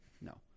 No